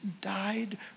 died